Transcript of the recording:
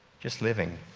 just living